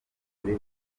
kuri